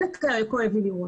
כאלה כואב לי לראות.